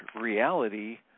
reality